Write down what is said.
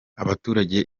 abaturage